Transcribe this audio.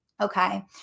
Okay